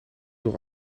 door